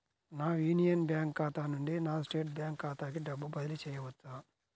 నా union bank ఖాతా నుండి నా స్టేట్ బ్యాంకు ఖాతాకి డబ్బు బదిలి చేయవచ్చా?